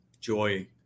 joy